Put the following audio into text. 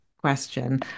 question